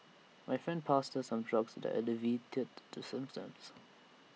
her friend passed her some drugs that alleviated the symptoms